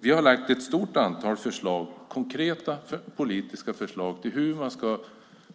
Vi har lagt fram ett stort antal konkreta politiska förslag på hur man ska